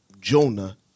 Jonah